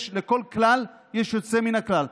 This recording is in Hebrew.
יש לכל כלל יוצא מן הכלל.